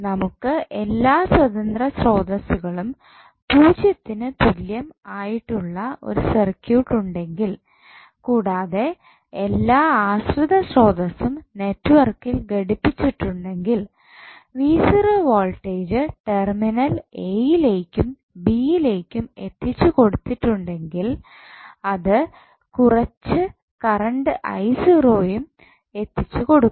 നമുക്ക് എല്ലാ സ്വതന്ത്ര സ്രോതസ്സുകളും പൂജ്യത്തിനു തുല്യം ആയിട്ടുള്ള ഒരു സർക്യൂട്ട് ഉണ്ടെങ്കിൽ കൂടാതെ എല്ലാ ആശ്രിത സ്രോതസ്സും നെറ്റ്വർക്കിൽ ഘടിപ്പിച്ചിട്ടുണ്ടെങ്കിൽ വോൾടേജ് ടെർമിനൽ എ യിലേക്കും ബി യിലേക്കും എത്തിച്ചുകൊടുത്തിട്ടുണ്ടെങ്കിൽ അത് കുറച്ച് കറണ്ട് യും എത്തിച്ചു കൊടുക്കും